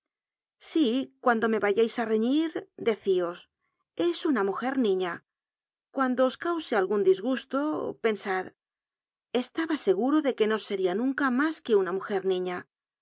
si cuando me vayais ú reñir decios es una mujer niila cuando os cause alguu disgusto pensad estaba seguro de que no seria nunca mas que una mujer niña